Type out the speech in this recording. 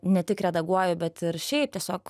ne tik redaguoju bet ir šiaip tiesiog